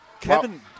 Kevin